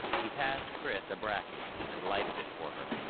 he passed chris a bracky and lighted it for her.